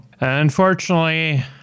unfortunately